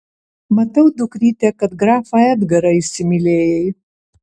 matau dukryte kad grafą edgarą įsimylėjai